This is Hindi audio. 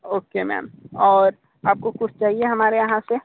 ओके मैम और आपको कुछ चाहिए हमारे यहाँ से